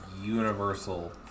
universal